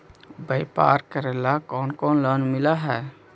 व्यापार करेला कौन कौन लोन मिल हइ?